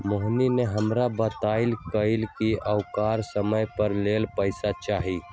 मोहिनी ने हमरा बतल कई कि औकरा कम समय ला पैसे चहि